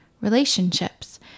Relationships